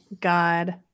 God